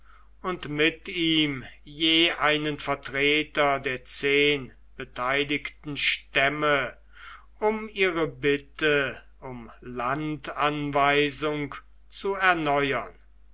und mit ihm je einen vertreter der zehn beteiligten stämme um ihre bitte um landanweisung zu erneuern